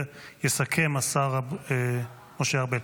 יסכם השר משה ארבל.